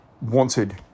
wanted